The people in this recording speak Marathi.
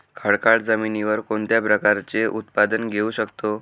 खडकाळ जमिनीवर कोणत्या प्रकारचे उत्पादन घेऊ शकतो?